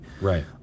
Right